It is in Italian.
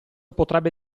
potrebbe